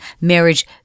marriage